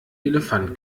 elefant